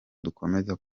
dukomeza